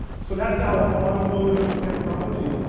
so that's our automotive technology.